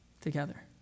together